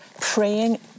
Praying